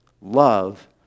love